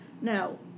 Now